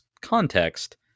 context